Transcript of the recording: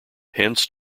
hence